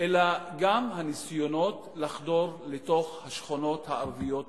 אלא גם הניסיונות לחדור לתוך השכונות הערביות במזרח-ירושלים.